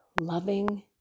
loving